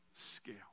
scale